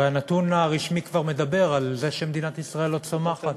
הרי הנתון הרשמי כבר מדבר על זה שמדינת ישראל לא צומחת,